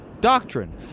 doctrine